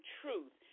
truth